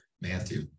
Matthew